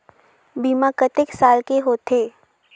बीमा कतेक साल के होथे?